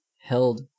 held